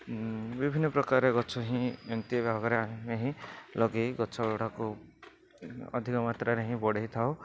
ବିଭିନ୍ନପ୍ରକାର ଗଛ ହିଁ ଏମତି ଭାବରେ ଆମେ ଲଗେଇ ଗଛ ଗୁଡ଼ାକୁ ଅଧିକ ମାତ୍ରାରେ ହିଁ ବଢ଼େଇଥାଉ